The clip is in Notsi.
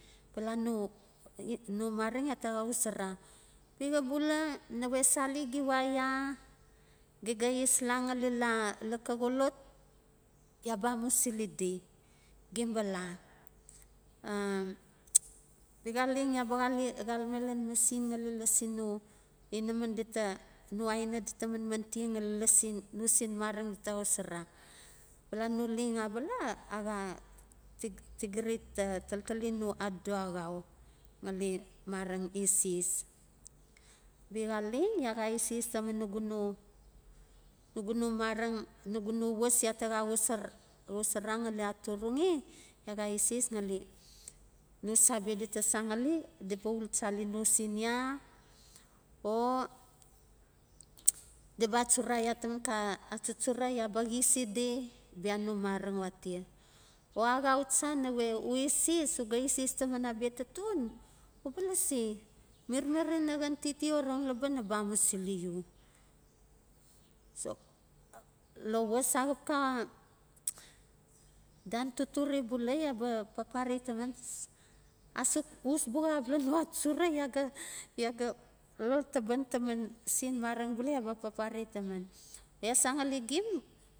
Bala no mareng ya ta xa xosora. Bia xa bula, nawe sa legiwa ya ge ga es la